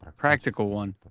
practical one,